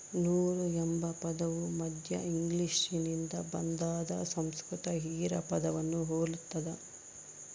ನೂಲು ಎಂಬ ಪದವು ಮಧ್ಯ ಇಂಗ್ಲಿಷ್ನಿಂದ ಬಂದಾದ ಸಂಸ್ಕೃತ ಹಿರಾ ಪದವನ್ನು ಹೊಲ್ತದ